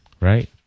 right